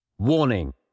Warning